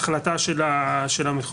החלטה של המחוקק.